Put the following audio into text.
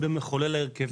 חברת הכנסת